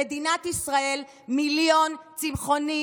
במדינת ישראל מיליון צמחונים,